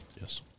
Yes